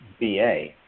BA